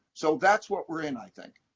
so that's what we're in, i think.